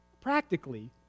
Practically